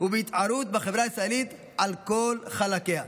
ובהתערות בחברה הישראלית על כל חלקיה.